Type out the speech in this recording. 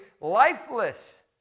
lifeless